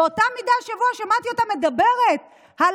באותה מידה השבוע שמעתי אותה מדברת על